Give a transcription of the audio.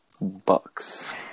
Bucks